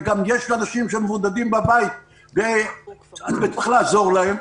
וגם יש אנשים שמבודדים בבית וצריך לעזור להם.